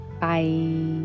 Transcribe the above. Bye